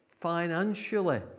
financially